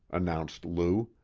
announced lou.